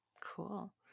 cool